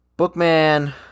Bookman